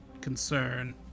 concern